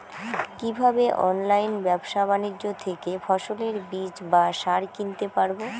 কীভাবে অনলাইন ব্যাবসা বাণিজ্য থেকে ফসলের বীজ বা সার কিনতে পারবো?